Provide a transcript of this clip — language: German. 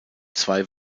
zwei